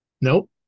nope